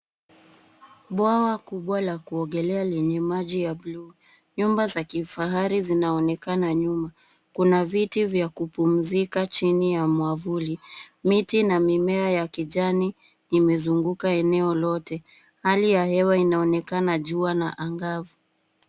Bwawa kubwa la kuogelea lenye maji ya buluu. Nyumba za kifahari zinaonekana nyuma. Kuna viti vya kupumzika chini ya mwavuli. Miti na mimea ya kijani imezunguka eneo lote. Hali ya hewa inaonekana jua na angavu.